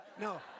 No